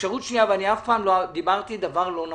אפשרות שנייה, ואני אף פעם לא דיברתי דבר לא נכון,